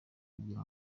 kugira